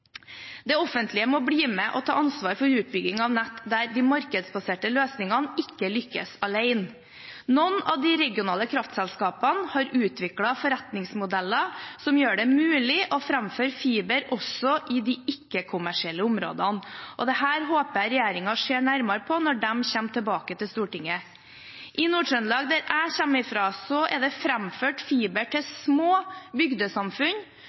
Det offentlige må bli med og ta ansvar for utbygging av nett der de markedsbaserte løsningene ikke lykkes alene. Noen av de regionale kraftselskapene har utviklet forretningsmodeller som gjør det mulig å framføre fiber også i de ikke-kommersielle områdene. Dette håper jeg regjeringen ser nærmere på når de kommer tilbake til Stortinget. I Nord-Trøndelag, der jeg kommer fra, er det framført fiber til små bygdesamfunn